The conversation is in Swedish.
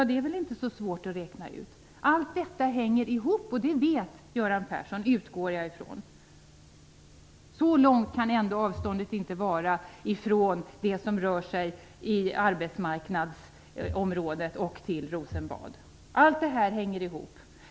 Det är inte så svårt att räkna ut. Allt detta hänger ihop, och det vet Göran Persson, utgår jag ifrån. Så långt kan avståndet inte vara mellan Rosenbad och det som rör sig på arbetsmarknadsområdet. Allt detta hänger ihop.